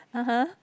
(uh huh)